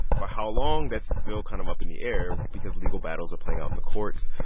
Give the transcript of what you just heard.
for how long? that's still kind of up in the air because legal battles are playing out in the courts.